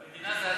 המדינה זה אתה.